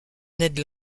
ned